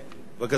בבקשה, אדוני.